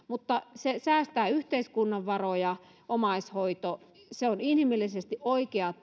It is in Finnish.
mutta omaishoito säästää yhteiskunnan varoja se on inhimillisesti oikea